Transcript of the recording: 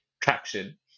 traction